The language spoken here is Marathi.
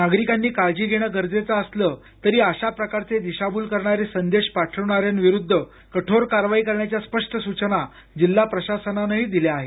नागरिकांनी काळजी घेणे गरजेचं असलं तरी अशा प्रकारचे दिशाभूल करणारे संदेश पाठवणाऱ्यांविरुद्ध कठोर कारवाई करण्याच्या स्पष्ट सूचना जिल्हा प्रशासनानं दिल्या आहेत